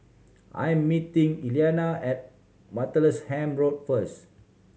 I am meeting Elianna at Martlesham Road first